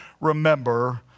remember